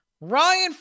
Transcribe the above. Ryan